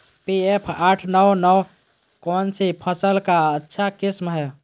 P एक आठ नौ नौ कौन सी फसल का अच्छा किस्म हैं?